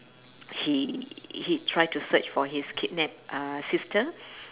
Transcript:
he he try to search for his kidnapped uh sister